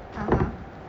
(uh huh)